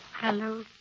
Hello